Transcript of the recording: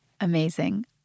Amazing